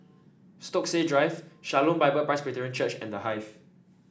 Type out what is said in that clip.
Stokesay Drive Shalom Bible Presbyterian Church and The Hive